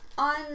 On